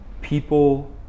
people